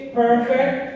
perfect